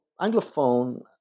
Anglophone